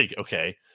okay